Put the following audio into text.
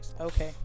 Okay